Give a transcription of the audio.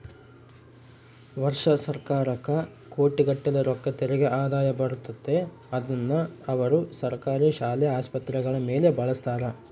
ವರ್ಷಾ ಸರ್ಕಾರಕ್ಕ ಕೋಟಿಗಟ್ಟಲೆ ರೊಕ್ಕ ತೆರಿಗೆ ಆದಾಯ ಬರುತ್ತತೆ, ಅದ್ನ ಅವರು ಸರ್ಕಾರಿ ಶಾಲೆ, ಆಸ್ಪತ್ರೆಗಳ ಮೇಲೆ ಬಳಸ್ತಾರ